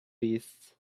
beasts